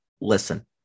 listen